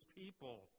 people